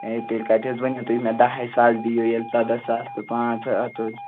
ہے تیٚلہِ کتہِ حظ ؤنِو تُہۍ مےٚ دَہے ساس دِیِو ییٚلہِ ژۄداہ ساس تہٕ پانٛژھ ہَتھ تُہۍ